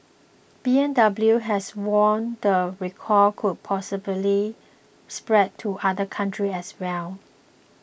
B M W has warned the recall could possibly spread to other countries as well